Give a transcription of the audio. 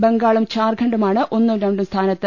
ബംഗാളും ഝാർഖണ്ഡുമാണ് ഒന്നും രണ്ടും സ്ഥാനത്ത്